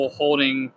holding